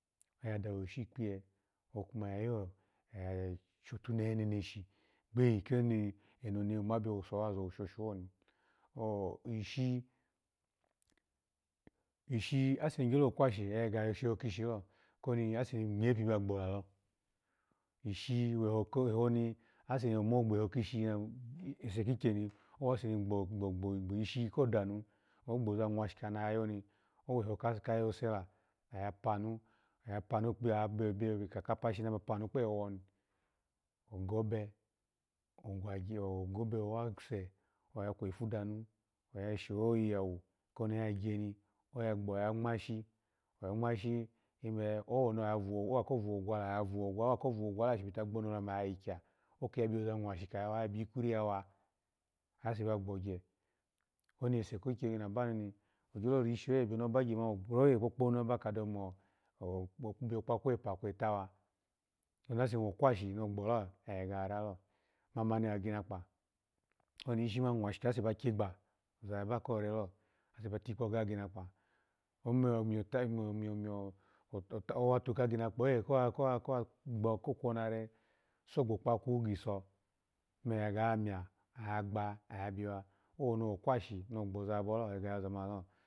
Oya duwoshin ikpiye oki ya yo yashotuneh nemeshi gbeyi koni enoni ota oma ni owuso wa zowusho sho ho ni, ooh ishi ishi ase ni gyo kwashi oya gege ya sheho kishito kou ase nye pibugbo lalo, ishi lulelo ni wase ni omo gbe ho this i lese kigyeni owase ni gbishi ni ye daku la owo lo ka yosala, ogboza kwash, ka ni oyadanu ni la, oya panu biyo eka kapashi ni naba panu ni kpo ewo nila ogobe, oya kwefu danu, oya shiga wu koni oya gyeni, oya gbo oya ngwashi, ebe oya vu ogwa owo ko vu ogwulo oya shibita gbono me oya yi gya oki yabiza kwashika yawa, oya bikwin ya wa ase ba gbogye koni esu kigyene nubanu mani ogyo rishi oye kpouponu aba kaduwo kamo biyo kpaku epa kwe eta wa owase kwashi oya gegle gbo ya ralo, mamani akinakpa oni ishi mani mwashika ase ba gye gba agboza korore lo ase ba tikpo ka kinakpa, ome omiyo owatu ka agimakpa oye ko wa gba ko kwona re so go kpaku giso ome ya miya, oya gba oya biwa owoni owokwashi ni ogboza abola oya geg ya yoza mani lo.